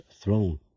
throne